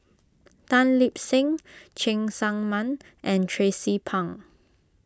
Tan Lip Seng Cheng Tsang Man and Tracie Pang